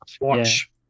watch